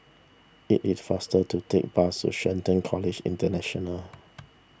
it is faster to take bus to Shelton College International